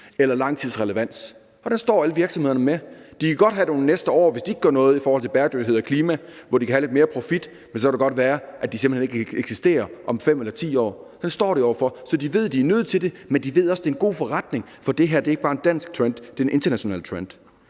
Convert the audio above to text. eller langtidsrelevans. Det står alle virksomhederne med. De kan godt have nogle år, hvis de ikke gør noget i forhold til bæredygtighed og klima, hvor de kan få lidt mere profit, men så kan det godt være, at de simpelt hen ikke eksisterer om 5 eller 10 år. Det står de over for, så de ved, at de er nødt til det, men de ved også, at det er en god forretning, for det her er ikke bare en dansk trend. Det er en international trend.